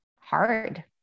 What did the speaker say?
hard